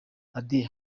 hadid